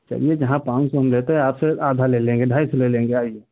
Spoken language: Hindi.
चलिए जहाँ पाँच सौ हम लेते हैं आपसे आधा ले लेंगे ढाई सौ ले लेंगे आईए